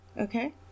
Okay